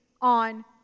on